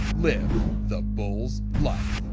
live the bull's life!